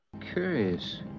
Curious